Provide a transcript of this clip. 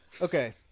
Okay